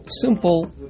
simple